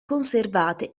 conservate